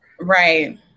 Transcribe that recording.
Right